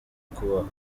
kubahwa